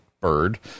bird